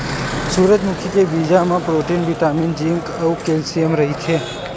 सूरजमुखी के बीजा म प्रोटीन, बिटामिन, जिंक अउ केल्सियम रहिथे